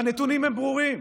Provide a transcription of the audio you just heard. והנתונים ברורים,